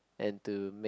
and to make